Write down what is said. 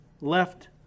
left